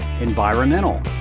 environmental